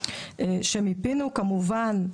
כמובן,